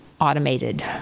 automated